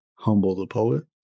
HumbleThePoet